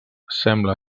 sembla